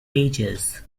pages